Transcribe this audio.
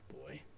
boy